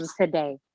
today